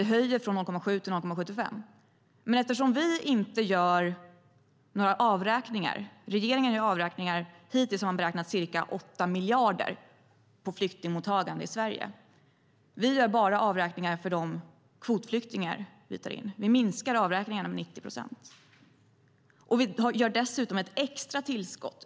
Vi höjer från 0,7 till 0,75. Hittills har det beräknats att regeringen gör avräkningar med ca 8 miljarder på flyktingmottagande i Sverige. Vi gör avräkningar bara för de kvotflyktingar vi tar in. Vi minskar avräkningarna med 90 procent. Vi gör dessutom ett extra tillskott.